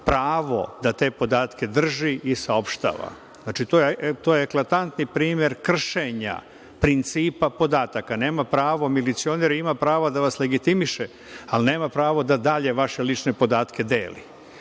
pravo da te podatke drži i saopštava. Znači, to je eklatantni primer kršenja principa podataka. Nema pravo. Milicioner ima pravo da vas legitimiše, ali nema pravo da dalje vaše lične podatke deli. Ono